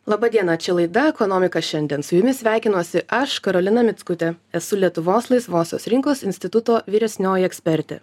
laba diena čia laida ekonomika šiandien su jumis sveikinuosi aš karolina mickutė esu lietuvos laisvosios rinkos instituto vyresnioji ekspertė